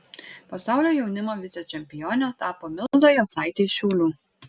pasaulio jaunimo vicečempione tapo milda jocaitė iš šiaulių